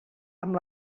amb